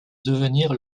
devenir